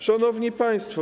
Szanowni Państwo!